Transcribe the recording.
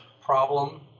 problem